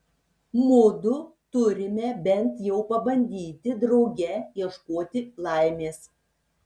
mudu turime bent jau pabandyti drauge ieškoti laimės